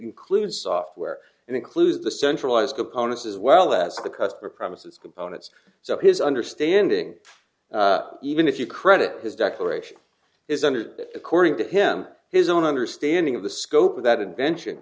includes software and includes the centralized components as well as the customer premises components so his understanding even if you credit his declaration is under that according to him his own understanding of the scope of that invent